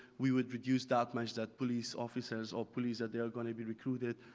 we would produce that much that police officers or police that they're going to be recruited,